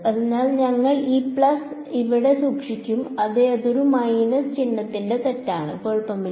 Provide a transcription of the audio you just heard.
അതിനാൽ ഞങ്ങൾ ഈ പ്ലസ് ഇവിടെ സൂക്ഷിക്കും അതെ അത് ഒരു മൈനസ് ചിഹ്നത്തിന്റെ തെറ്റാണ് കുഴപ്പമില്ല